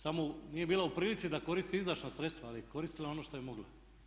Samo nije bila u prilici da koristi izdašna sredstva ali je koristila ono što je mogla.